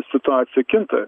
situacija kinta